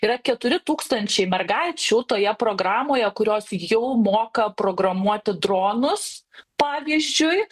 yra keturi tūkstančiai mergaičių toje programoje kurios jau moka programuoti dronus pavyzdžiui